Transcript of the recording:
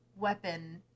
weapon